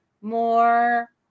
more